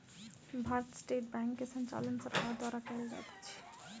भारतीय state bank के संचालन सरकार द्वारा कयल जाइत अछि